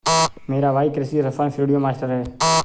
मेरा भाई कृषि रसायन श्रेणियों में मास्टर है